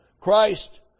Christ